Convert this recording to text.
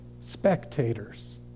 spectators